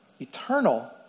eternal